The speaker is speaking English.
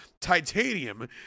titanium